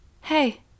hey